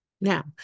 Now